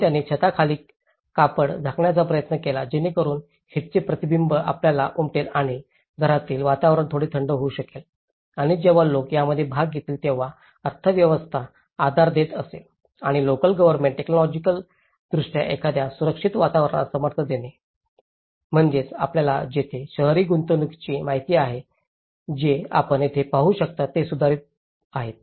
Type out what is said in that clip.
म्हणून त्यांनी छताखाली कापड झाकण्याचा प्रयत्न केला जेणेकरून हीटचे प्रतिबिंब आपल्याला उमटेल आणि घरातील वातावरण थोडे थंड होऊ शकेल आणि जेव्हा लोक यामध्ये भाग घेतील जेव्हा अर्थव्यवस्था आधार देत असेल आणि लोकल गव्हर्नमेंट टेक्नॉलॉजिकलदृष्ट्या एखाद्या सुरक्षित वातावरणास समर्थन देणे म्हणजेच आपल्याला येथे शहरी गुंतवणूकीची माहिती आहे जे आपण येथे पाहू शकता ते सुधारत आहेत